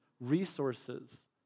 resources